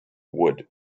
wood